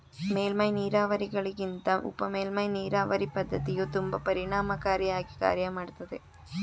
ಮೇಲ್ಮೈ ನೀರಾವರಿಗಳಿಗಿಂತ ಉಪಮೇಲ್ಮೈ ನೀರಾವರಿ ಪದ್ಧತಿಯು ತುಂಬಾ ಪರಿಣಾಮಕಾರಿ ಆಗಿ ಕಾರ್ಯ ಮಾಡ್ತದೆ